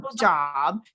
job